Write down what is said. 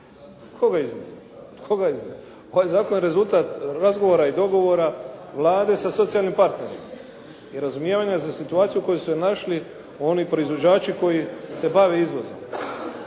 Od koga? Ovaj zakon je rezultat razgovora i dogovora Vlade sa socijalnim partnerima i razumijevanja za situaciju u kojoj su se našli oni proizvođači koji se bave izvozom.